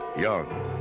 young